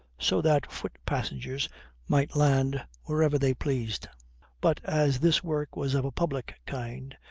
so that foot passengers might land whenever they pleased but as this work was of a public kind,